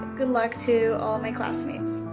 good luck to all of my classmates.